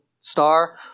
star